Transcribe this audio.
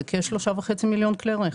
זה כשלושה מיליון וחצי כלי רכב.